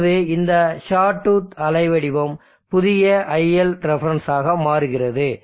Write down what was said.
இப்போது இந்த ஷாட்டூத் அலைவடிவம் புதிய iLref ஆக மாறுகிறது